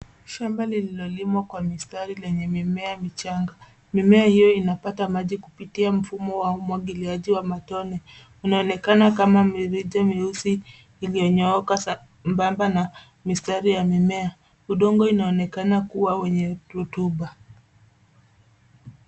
Shamba lililolimwa kwa mistari lenye mimea michanga. Mimea hiyo inapata maji kupitia mfumo wa umwangiliaji wa matone. Inaonekana kama miriti myeusi iliyonyooka sambamba na mistari ya mimea. Udongo inaonekana kwa wenye rutuba.